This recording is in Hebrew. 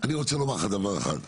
אני רוצה לומר לך דבר אחד.